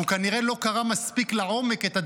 והוא כנראה לא קרא מספיק לעומק את הדברים,